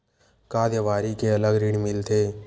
का देवारी के अलग ऋण मिलथे?